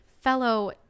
fellow